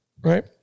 right